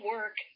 Work